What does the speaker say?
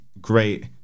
great